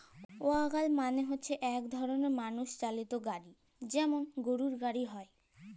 ওয়াগল মালে হচ্যে ইক রকমের মালুষ চালিত গাড়হি যেমল গরহুর গাড়হি হয়